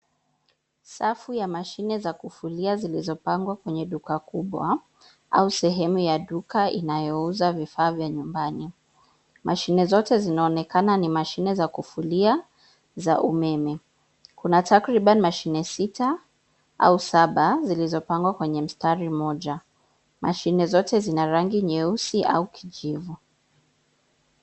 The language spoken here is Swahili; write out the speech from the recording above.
Safu ya mashine za kufulia zilizopangwa kwenye duka kubwa au sehemu ya duka inayouza vifaa vya nyumbani. Mashine zote zinaonekana ni mashine za kufulia za umeme. Kuna takribani mashine sita au saba zilizopangwa kwenye mstari mmoja. Mashine zote zina rangi nyeusi au kijivu.